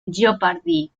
jeopardy